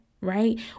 right